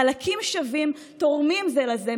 חלקים שווים תורמים זה לזה,